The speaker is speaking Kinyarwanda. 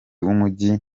w’umujyi